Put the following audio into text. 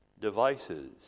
devices